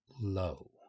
low